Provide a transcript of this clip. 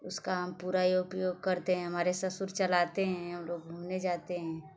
उसका हम पूरा ई उपयोग करते हैं हमारे ससुर चलाते हैं हम लोग घूमने जाते हैं